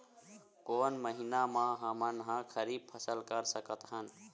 कोन महिना म हमन ह खरीफ फसल कर सकत हन?